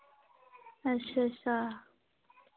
अच्छ अच्छा